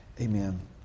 Amen